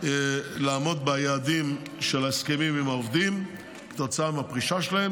לעמוד ביעדים של ההסכמים עם העובדים כתוצאה מהפרישה שלהם.